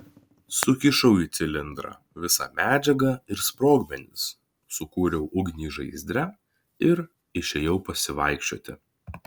sukišau į cilindrą visą medžiagą ir sprogmenis sukūriau ugnį žaizdre ir išėjau pasivaikščioti